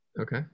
Okay